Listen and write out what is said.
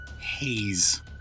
haze